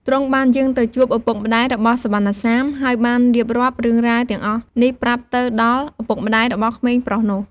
ទ្រង់បានយាងទៅជួបឪពុកម្ដាយរបស់សុវណ្ណសាម ហើយបានរៀបរាប់រឿងរ៉ាវទាំងអស់នេះប្រាប់ទៅដល់ឪពុកម្តាយរបស់ក្មេងប្រុសនោះ។